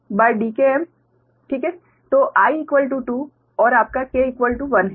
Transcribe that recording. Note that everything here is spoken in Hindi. तो i 2 और आपका k 1 है